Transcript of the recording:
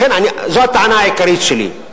לכן זאת הטענה העיקרית שלי,